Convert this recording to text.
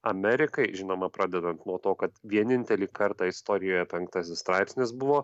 amerikai žinoma pradedant nuo to kad vienintelį kartą istorijoje penktasis straipsnis buvo